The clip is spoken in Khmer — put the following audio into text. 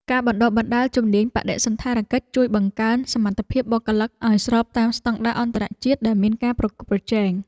ការបណ្តុះបណ្តាលជំនាញបដិសណ្ឋារកិច្ចជួយបង្កើនសមត្ថភាពបុគ្គលិកឱ្យស្របតាមស្តង់ដារអន្តរជាតិដែលមានការប្រកួតប្រជែង។